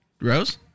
Rose